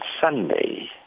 Sunday